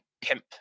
pimp